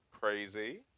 crazy